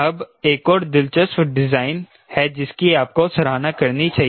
अब एक और दिलचस्प डिजाइन है जिसकी आपको सराहना करनी चाहिए